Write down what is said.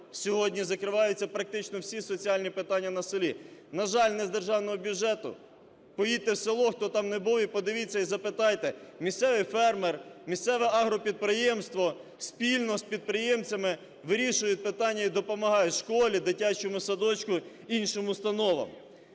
сьогодні закриваються практично всі соціальні питання на селі. На жаль, не з державного бюджету. Поїдьте в село, хто там не був, і подивіться, і запитайте, місцевий фермер, місцеве агропідприємство спільно з підприємцями вирішують питання і допомагають школі, дитячому садочку, іншим установам.